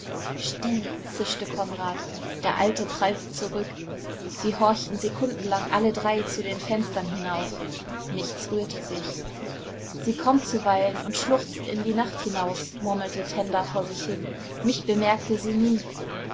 still zischte konrad der alte prallte zurück sie horchten sekundenlang alle drei zu den fenstern hinauf nichts rührte sich sie kommt zuweilen und schluchzt in die nacht hinaus murmelte tenda vor sich hin mich bemerkte sie nie